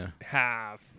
half